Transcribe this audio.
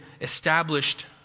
established